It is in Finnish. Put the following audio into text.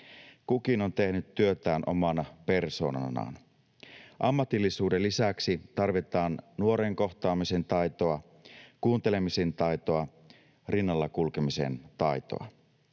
Kukin on tehnyt työtään omana persoonanaan. Ammatillisuuden lisäksi tarvitaan nuoren kohtaamisen taitoa, kuuntelemisen taitoa, rinnalla kulkemisen taitoa.